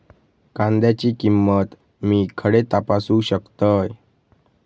कांद्याची किंमत मी खडे तपासू शकतय?